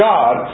God